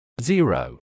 Zero